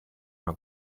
una